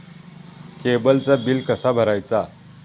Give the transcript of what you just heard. केबलचा बिल कसा भरायचा?